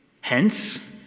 Hence